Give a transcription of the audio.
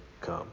come